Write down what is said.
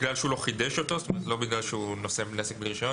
בגלל שהוא לא חידש אותו ולא בגלל שהוא נושא נשק בלי רישיון.